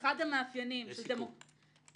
אחד המאפיינים של דמוקרטיה